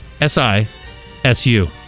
S-I-S-U